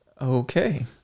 Okay